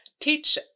Teach